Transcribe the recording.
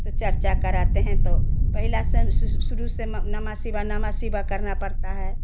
तो चर्चा कराते हैं तो पहला सेंस शुरू से म नमः शिवाय नमः शिवाय करना पड़ता है